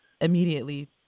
immediately